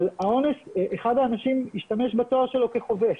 אחד האנשים השתמש בתואר שלו כחובש.